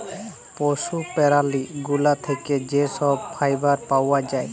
পশু প্যারালি গুলা থ্যাকে যে ছব ফাইবার পাউয়া যায়